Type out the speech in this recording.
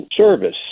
Service